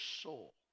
soul